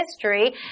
history